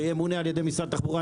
פרויקטור שימונה על ידי משרד התחבורה,